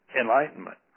Enlightenment